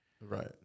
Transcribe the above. Right